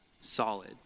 solid